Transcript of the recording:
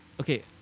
okay